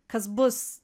kas bus